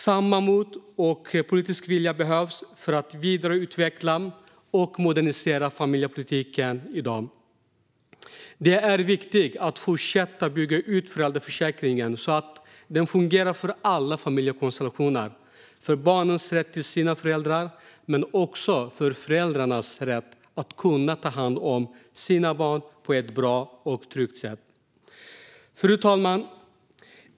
Samma mod och politiska vilja behövs för att vidareutveckla och modernisera familjepolitiken i dag. Det är viktigt att fortsätta att bygga ut föräldraförsäkringen så att den fungerar för alla familjekonstellationer - för barnens rätt till sina föräldrar men också för föräldrarnas rätt att kunna ta hand om sina barn på ett bra och tryggt sätt. Fru talman!